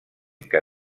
que